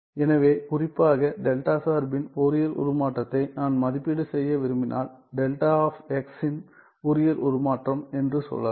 எனவே குறிப்பாக டெல்டா சார்பின் ஃபோரியர் உருமாற்றத்தை நான் மதிப்பீடு செய்ய விரும்பினால் டெல்டா ஆப் இன் ஃபோரியர் உருமாற்றம் என்று சொல்லலாம்